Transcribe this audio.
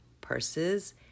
purses